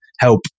help